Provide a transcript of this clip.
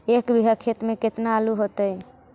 एक बिघा खेत में केतना आलू होतई?